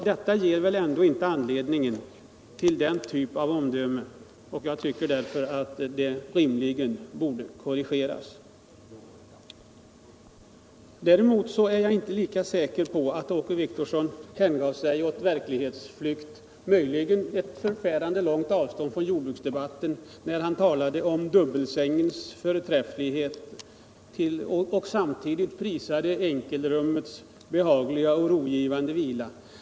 Detta ger väl inte anledning till denna typ av omdöme. Jag tycker att det rimligen borde korrigeras. Däremot är jag inte lika säker på att Åke Wictorsson hängav sig åt verklighetsflykt — möjligen var han på ett förfärande långt avstånd från jordbruksdebatten — när han talade om dubbelsängens förträfflighet men samtidigt prisade enkelrummets behagliga och rogivande vila.